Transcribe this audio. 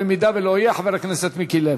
במידה שלא יהיה, חבר הכנסת מיקי לוי.